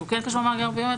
שהוא כן קשור למאגר הביומטרי,